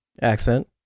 accent